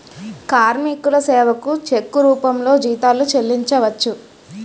కార్మికుల సేవకు చెక్కు రూపంలో జీతాలు చెల్లించవచ్చు